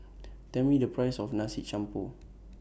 Tell Me The Price of Nasi Campur